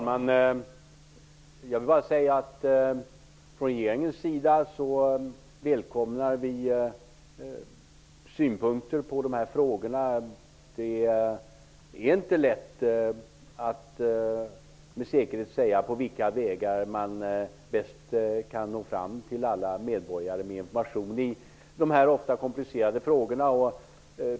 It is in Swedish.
Herr talman! Vi från regeringen välkomnar synpunkter på dessa frågor. Det är inte lätt att med säkerhet säga på vilka vägar man bäst kan nå fram till alla medborgare med information i dessa ofta väldigt komplicerade frågor.